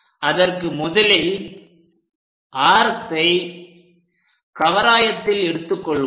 அதற்கு முதலில் ஆரத்தை கவராயத்தில் எடுத்துக்கொள்வோம்